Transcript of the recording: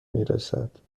میرسد